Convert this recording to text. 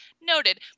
noted